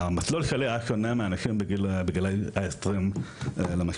המסלול שלי היה שונה מאנשים בגילאי ה-20 למשל.